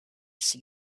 see